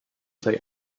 say